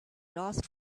last